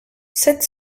sept